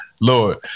lord